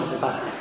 back